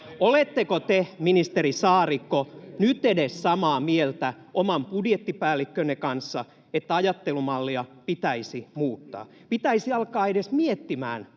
Oletteko te, ministeri Saarikko, nyt samaa mieltä edes oman budjettipäällikkönne kanssa, että ajattelumallia pitäisi muuttaa? Pitäisi alkaa edes miettimään,